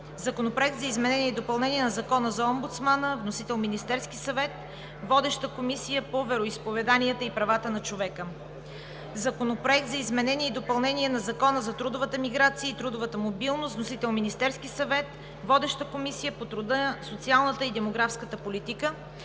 Законопроект за изменение и допълнение на Закона за омбудсмана. Вносител е Министерският съвет. Водеща е Комисията по вероизповеданията и правата на човека; - Законопроект за изменение и допълнение на Закона за трудовата миграция и трудовата мобилност. Вносител е Министерският съвет. Водеща е Комисията по труда, социалната и демографската политика;